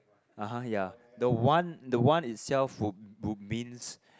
(uh huh) ya the one the one itself would would means